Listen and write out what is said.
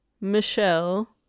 Michelle